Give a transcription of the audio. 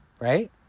right